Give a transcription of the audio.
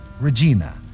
Regina